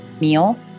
meal